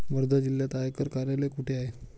वर्धा जिल्ह्यात आयकर कार्यालय कुठे आहे?